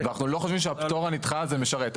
אנחנו לא חושבים שהפטור הנדחה משרת.